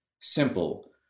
simple